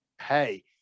hey